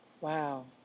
Wow